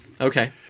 Okay